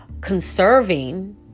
conserving